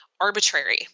arbitrary